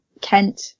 Kent